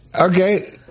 okay